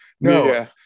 No